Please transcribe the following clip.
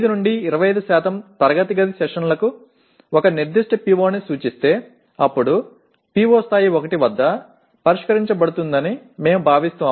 பின்னர் 5 முதல் 25 வகுப்பறை அமர்வுகள் ஒரு குறிப்பிட்ட PO ஐ விரிவுபடுத்துகின்றன பின்னர் PO நிலை 1 இல் விரிவுபடுத்தப்படுவதாக நாங்கள் கருதுகிறோம்